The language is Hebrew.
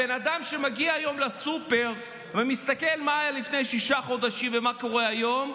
בן אדם שמגיע היום לסופר ומסתכל מה היה לפני שישה חודשים ומה קורה היום,